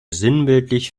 sinnbildlich